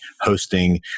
hosting